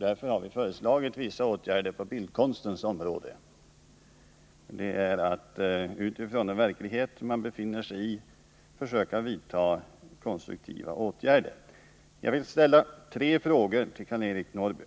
Därför har vi föreslagit vissa åtgärder på bildkonstens område. Det innebär att vi med utgångspunkti den verklighet vi befinner oss i försöker vidta konstruktiva åtgärder. Jag vill ställa tre frågor till Karl-Eric Norrby.